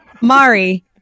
Mari